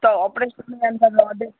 त ऑपरेशन